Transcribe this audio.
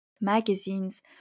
magazines